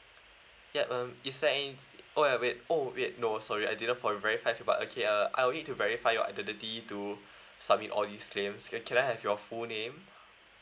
yup um is there any oh ya wait oh wait no sorry I didn't verify you but okay uh I will need to verify your identity to submit all these claims can I have your full name